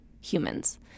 humans